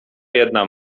jedna